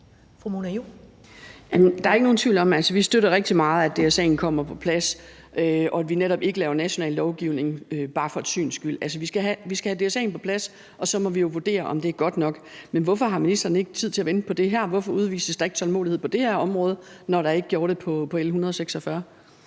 Juul (KF): Der er ikke nogen tvivl om, at vi støtter rigtig meget, at DSA'en kommer på plads, og at vi netop ikke laver national lovgivning bare for et syns skyld. Vi skal have DSA'en på plads, og så må vi jo vurdere, om det er godt nok. Men hvorfor har ministeren tid til at vente på det her, hvorfor udvises der tålmodighed på det her område, når der ikke gjorde det på L 146?